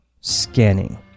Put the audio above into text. scanning